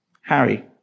Harry